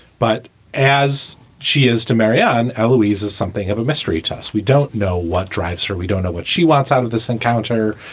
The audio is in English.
but as she is to marianne elway's is something of a mystery to us. we don't know what drives her. we don't know what she wants out of this encounter.